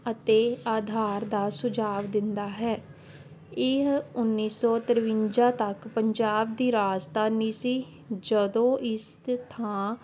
ਅਤੇ ਆਧਾਰ ਦਾ ਸੁਝਾਵ ਦਿੰਦਾ ਹੈ ਇਹ ਉੱਨੀ ਸੌ ਤਰਵੰਜਾ ਤੱਕ ਪੰਜਾਬ ਦੀ ਰਾਜਧਾਨੀ ਸੀ ਜਦੋਂ ਇਸ ਥਾਂ